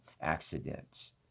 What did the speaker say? accidents